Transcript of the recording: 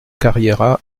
carriera